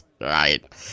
right